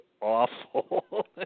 awful